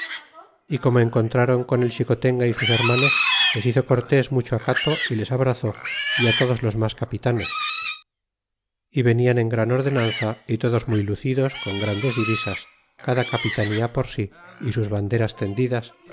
y como encontráron con el xicotenga y sus hermanos les hizo cortés mucho acato y les abrazó y á todos los mas capitanes y venian en gran ordenanza y todos muy lucidos con grandes divisas cada capitanía por si y sus banderas tendidas